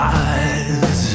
eyes